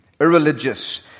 irreligious